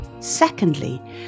Secondly